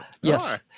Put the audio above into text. yes